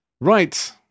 Right